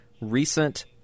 recent